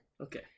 Okay